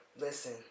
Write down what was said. Listen